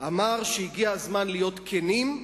אמר שהגיע הזמן להיות כנים,